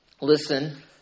Listen